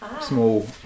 small